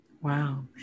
Wow